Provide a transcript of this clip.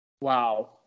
wow